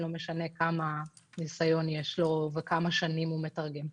לא משנה כמה ניסיון יש לו וכמה שנים הוא מתרגם.